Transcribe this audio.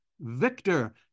Victor